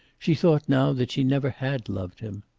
she thought now that she never had loved him.